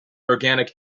organic